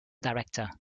director